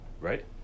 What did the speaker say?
Right